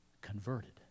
converted